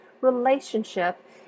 relationship